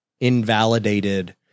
invalidated